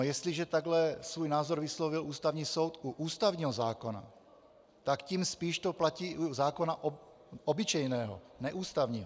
Jestliže takto svůj názor vyslovil Ústavní soud u ústavního zákona, tak tím spíš to platí i u zákona obyčejného, neústavního.